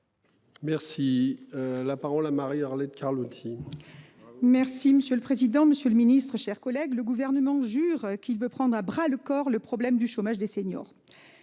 Merci. La parole à Marie-Arlette Carlotti. Merci monsieur le président, Monsieur le Ministre, chers collègues. Le gouvernement jure qu'il veut prendre à bras le corps le problème du chômage des seniors.